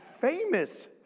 famous